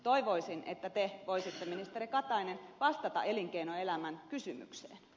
toivoisin että te voisitte ministeri katainen vastata elinkeinoelämän kysymykseen